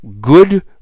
good